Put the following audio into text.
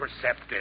perceptive